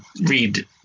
read